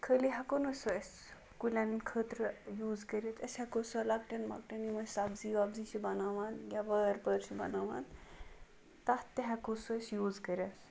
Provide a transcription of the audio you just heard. خٲلی ہٮ۪کو نہٕ سُہ أسۍ کُلٮ۪ن خٲطرٕ یوٗز کٔرِتھ أسۍ ہٮ۪کو سۄ لۄکٹٮ۪ن مۄکٹٮ۪ن یِم أسۍ سبزی وبزی چھِ بَناوان یا وٲر پٲر چھِ بَناوان تَتھ تہِ ہٮ۪کو سُہ أسۍ یوٗز کٔرِتھ